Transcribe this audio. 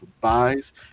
buys